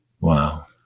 Wow